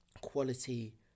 quality